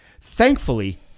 Thankfully